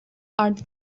art